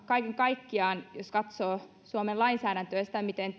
kaiken kaikkiaan jos katsoo suomen lainsäädäntöä ja sitä miten